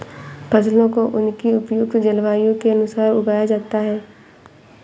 फसलों को उनकी उपयुक्त जलवायु के अनुसार उगाया जाता है